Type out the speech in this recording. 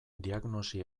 diagnosi